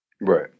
Right